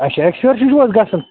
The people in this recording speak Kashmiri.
اَچھا چھُو حظ گژھُن